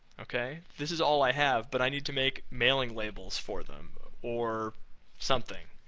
okay, this is all i have, but i need to make mailing labels for them or something